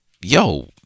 yo